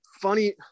funny